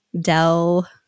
Dell